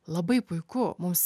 labai puiku mums